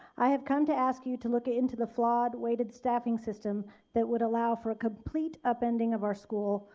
i have come to ask you to look into the flawed weighted staffing system that would allow for complete upending of our school,